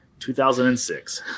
2006